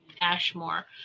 Ashmore